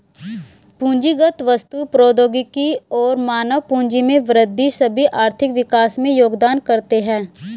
पूंजीगत वस्तु, प्रौद्योगिकी और मानव पूंजी में वृद्धि सभी आर्थिक विकास में योगदान करते है